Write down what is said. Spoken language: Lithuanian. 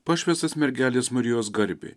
pašvęstas mergelės marijos garbei